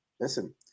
Listen